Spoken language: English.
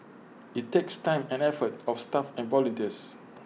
IT takes time and effort of staff and volunteers